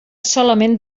solament